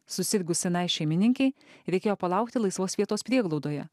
susirgus senai šeimininkei reikėjo palaukti laisvos vietos prieglaudoje